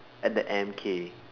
and the M_K